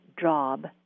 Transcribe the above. job